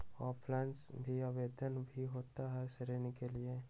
Offline भी आवेदन भी होता है ऋण के लिए?